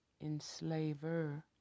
enslaver